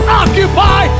occupy